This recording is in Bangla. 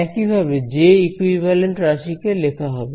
একইভাবে জে ইকুইভালেন্ট রাশিকে লেখা হবে